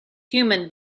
human